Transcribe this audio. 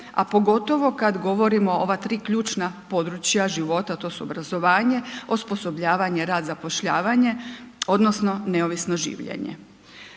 a pogotovo kad govorimo o ova tri ključna područja života, a to su obrazovanje, osposobljavanje, rad, zapošljavanje odnosno neovisno življenje.